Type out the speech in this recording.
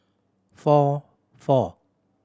four four